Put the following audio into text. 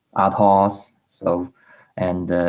at horse so and